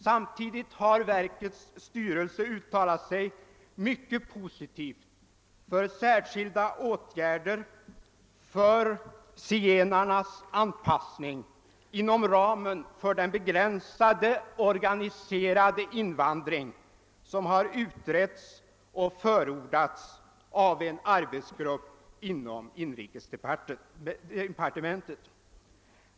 Samtidigt har verkets styrelse uttalat sig mycket positivt för särskilda åtgärder för zigenarnas anpassning inom ramen för den begränsade organiserade invandring som har utretts och förordats av en arbetsgrupp inom inrikesdepartementet.